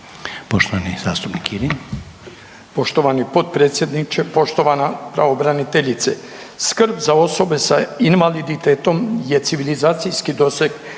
Ivan (HDZ)** Poštovani predsjedniče, poštovana pravobraniteljice, skrb za osobe sa invaliditetom je civilizacijski doseg